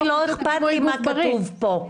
לא אכפת לי מה כתוב פה.